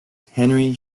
henry